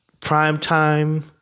Primetime